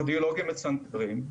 קרדיולוגים מצנתרים,